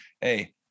Hey